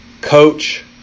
coach